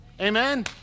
Amen